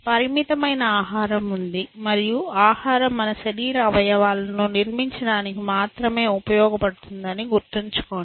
పరిమితమైన ఆహారం ఉంది మరియు ఆహారం మన శరీర అవయవాలను నిర్మించడానికి మాత్రమే ఉపయోగపడుతుందని గుర్తుంచుకోండి